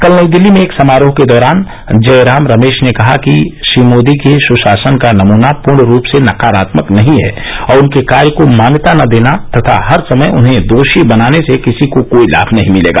कल नई दिल्ली में एक समारोह के दौरान जयराम रमेश ने कहा कि श्री मोदी के सुशासन का नमूना पूर्ण रूप से नकारात्मक नहीं है और उनके कार्य को मान्यता न देना तथा हरसमय उन्हें दोषी बनाने से किसी को कोई लाभ नहीं होगा